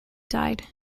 died